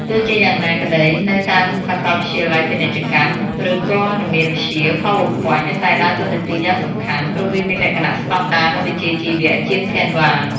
ទោះជាយ៉ាងណាក្ដី នៅតាមសកលវិទ្យាល័យពាណិជ្ជកម្ម ឬព័ត៌មានវិទ្យា PowerPoint នៅតែដើរតួនាទីយ៉ាងសំខាន់ ព្រោះវាមានលក្ខណៈស្ដង់ដារ និងវិជ្ជាជីវៈជាង Canva។